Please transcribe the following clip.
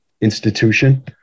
institution